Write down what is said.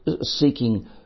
seeking